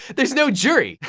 there's no jury!